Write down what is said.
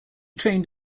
trained